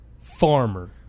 Farmer